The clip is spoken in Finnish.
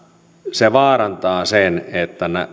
se vaarantaa sen että